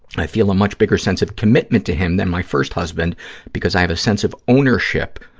and i feel a much bigger sense of commitment to him than my first husband because i have a sense of ownership